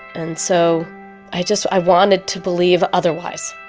and so i just i wanted to believe otherwise.